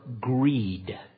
greed